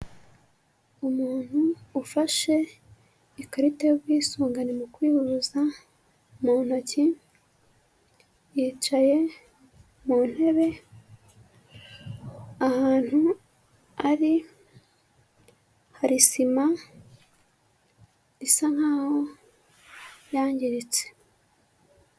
Umuntu ufashe ikarita y'ubwisungane mu kwivuza mu ntoki, yicaye mu ntebe ahantu ari hari sima isa nkaho yangiritse.